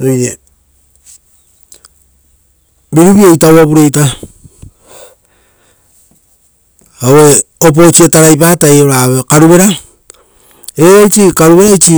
Oire viruvieita uvaureita; aue-opoo isi-ia tarai patai ora aue karuvera. Evais karuvera-isi